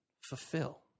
fulfill